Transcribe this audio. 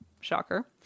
Shocker